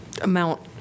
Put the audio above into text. amount